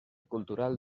cultural